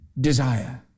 desire